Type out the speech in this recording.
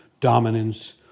dominance